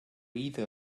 either